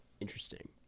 interesting